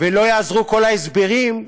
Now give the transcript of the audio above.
ולא יעזרו כל ההסברים,